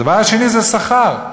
הדבר השני זה שכר.